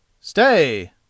Stay